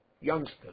youngsters